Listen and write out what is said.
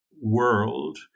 world